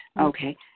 Okay